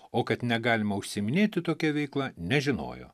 o kad negalima užsiiminėti tokia veikla nežinojo